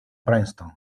princeton